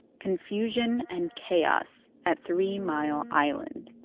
confusion and chaos at three mile island